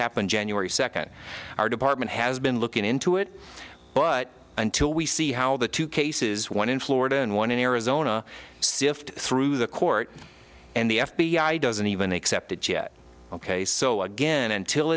happened january second our department has been looking into it but until we see how the two cases one in florida and one in arizona sift through the court and the f b i doesn't even accept it yet ok so again until